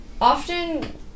often